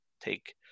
take